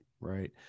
right